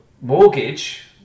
mortgage